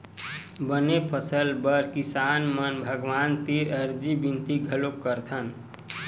बने फसल बर किसान मन भगवान तीर अरजी बिनती घलोक करथन